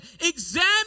examine